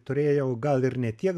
turėjau gal ir ne tiek